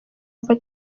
ava